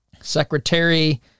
Secretary